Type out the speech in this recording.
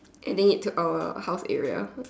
and then it took our house area